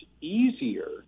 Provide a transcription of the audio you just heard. easier